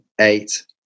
eight